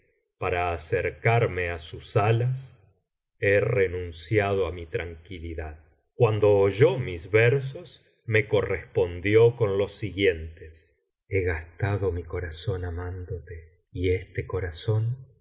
para acercarme á sus alas he renunciado á mi tranquilidad cuando oyó mis versos me correspondió con los siguientes m fie gastado mi corazón amándote y este corazón